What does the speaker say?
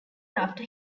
after